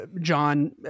john